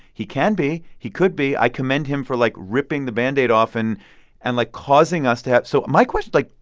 he can be. he could be. i commend him for, like, ripping the band-aid off and, and like, causing us to have so my question like,